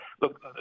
Look